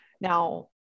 Now